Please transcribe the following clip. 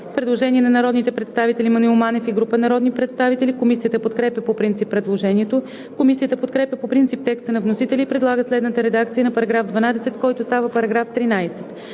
предложение на народния представител Маноил Манев и група народни представители. Комисията подкрепя по принцип предложението. Комисията подкрепя по принцип текста на вносителя и предлага следната редакция на § 12, който става § 13: „§ 13.